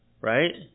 right